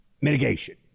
Mitigation